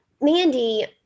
Mandy